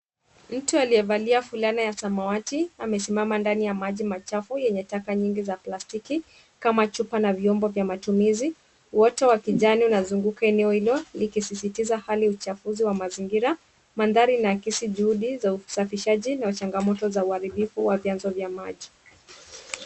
Mtu aliyevalia vulana ya samawati amesimama ndani ya maji machafu enye taka nyingi za plastiki kama chupa na vyombo matumizi wote wa kijani inazunguka eneo hilo likizizitiza hali uchafu wa mazingira. Maandari inaakizi juhudi za usafishaji na chakamoto za uharibifu wa vyanzo vya maji.